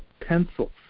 pencils